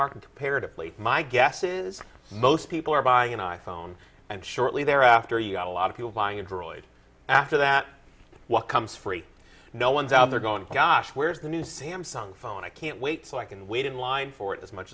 market apparently my guess is most people are buying an i phone and shortly thereafter you got a lot of people buying a droid after that what comes free no one's out there going oh gosh where's the new samsung phone i can't wait so i can wait in line for it as much